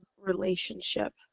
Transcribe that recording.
relationship